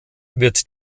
wird